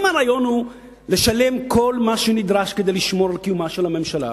אם הרעיון הוא לשלם כל מה שנדרש כדי לשמור על קיומה של הממשלה,